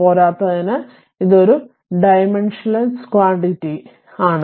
പോരാത്തതിന് ഇതൊരു dimensionless quantity ആണ്